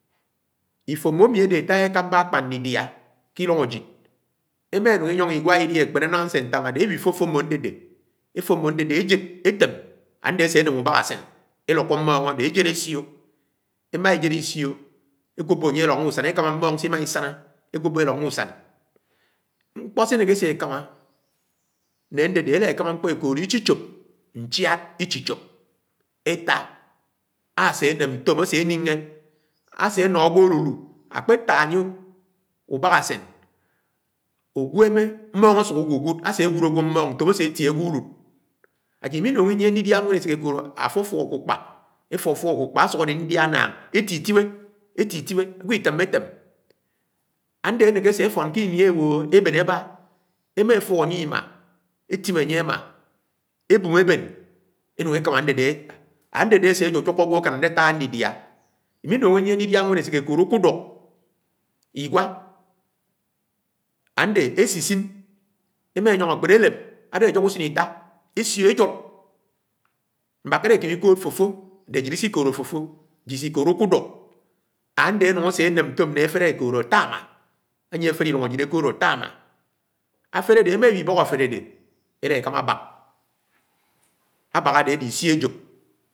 Ifomo ami ade ata ekámbá ákpán ndidia ke ilung ajid, emanung inying igwa ihi akpene nanga nse utáng ade emi fofomó adédé, efonio ade ejed etem adé ase aném unbahsen, elúko mmong ade ajed asio ama ejed isio enwobo elong ku-usan ekama mmong sime isana, nkpo se neke ese ekama ne adedeelá ekama nkpo ekoodo, ichichop, nchiad, ichichop eta, ase anem ntom ase anonge, ase ano agwo alulu akpeta anye ubaksen, unweme mmong asuk ugugud, agud agwo mmong ntom ase tie agwo ilud ajid imenóng inyie ndidia mfen ese ke ekwód àfafáb akpákpá efofob akukpu asok ade ndidia among etitibe, etitibe agwo item etem andé aneke sefon ke ini ewoho esen aba, ema efob anye imaa, etibe anye ema, ebum eben enung ekama adede eta, adede ase jujuku agwo akan ata ndidia. Inúng inyie ndidia mfan ekoodo ukuduk, Igwa ande esisin emanyonga akpeke eleb ade anyoho Ilisenita esio ejod mbakara ekama ikood fofoo, ajid isi koodo fofoo isé ikoód ukuduk, ande anung ase anem ntom ane afele ekoodo atama, afele ade ema ewi ùbọk afele ade elakámá abaak, abaak ade adé isi ajop.